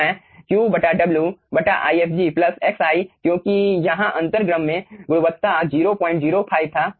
तो मैं Q w ifg plus xi क्योंकि यहाँ अंतर्गम में गुणवत्ता 005 था